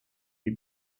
die